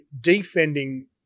defending